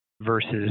versus